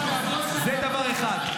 זה דבר אחד.